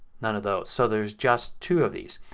none of those. so there is just two of these.